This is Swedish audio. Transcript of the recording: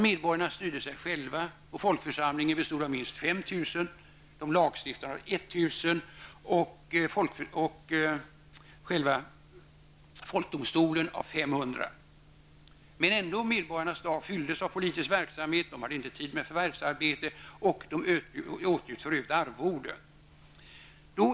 Medborgarna styrde sig själva och folkförsamlingen bestod av minst 5 000, de lagstiftande av 1 000 och själva folkdomstolen av 500 personer. Ändå fylldes medborgarnas dag av politisk verksamhet. De hade inte tid med förvärvsarbete och de åtnjöt för övrigt arvode.